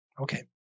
okay